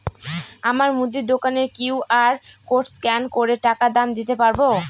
আমার মুদি দোকানের কিউ.আর কোড স্ক্যান করে টাকা দাম দিতে পারব?